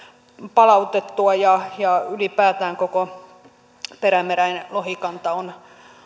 palautettua ja ja ylipäätään koko perämeren lohikanta on